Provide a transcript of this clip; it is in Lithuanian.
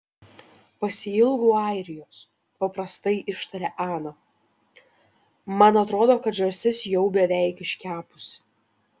pasiilgau airijos paprastai ištarė ana man atrodo kad žąsis jau beveik iškepusi